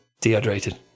Dehydrated